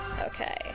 Okay